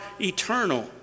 eternal